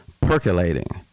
percolating